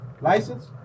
License